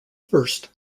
first